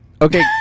Okay